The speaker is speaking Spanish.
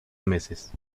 meses